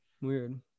Weird